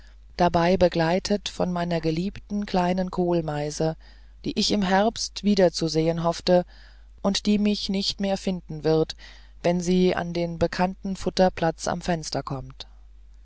dabei begleitet von meiner geliebten kleinen kohlmeise die ich im herbst wiederzusehen hoffte und die mich nicht mehr finden wird wenn sie an den bekannten futterplatz am fenster kommt